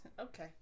Okay